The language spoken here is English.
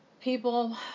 People